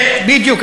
בדיוק.